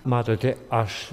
matote aš